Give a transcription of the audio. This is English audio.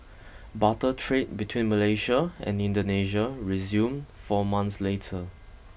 barter trade between Malaysia and Indonesia resumed four months later